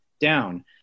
down